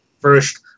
first